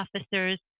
officers